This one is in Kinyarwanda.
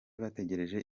bategereje